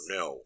no